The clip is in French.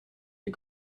les